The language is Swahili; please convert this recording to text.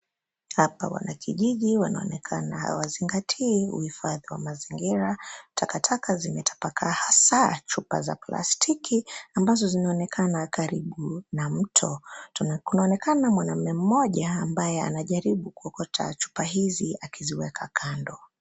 Hapa wanakijiji wanaonekana hawazingatii uhifadhi wa mazingira. Takataka zimetapakaa hasa chupa za plastiki ambazo zinaonekana karibu na mto. Kunaonekana mwanamme mmoja ambaye anajaribu kuokota chupa hizi akiziweka kando.